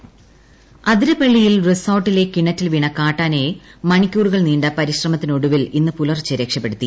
insurance ആതിരപ്പിള്ളയിൽ റിസോർട്ടിലെ കിണറ്റിൽ വീണ കാട്ടാനയെ മണിക്കൂറുകൾ നീണ്ട പരിശ്രമത്തിനൊടുവിൽ ഇന്ന് പുലർച്ചെ രക്ഷപ്പെടുത്തി